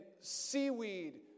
seaweed